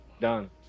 done